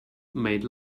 made